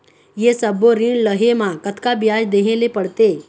ये सब्बो ऋण लहे मा कतका ब्याज देहें ले पड़ते?